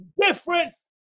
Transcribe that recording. difference